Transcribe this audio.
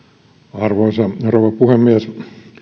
arvoisa rouva puhemies